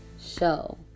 show